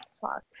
fuck